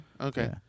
Okay